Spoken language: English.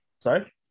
Sorry